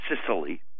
Sicily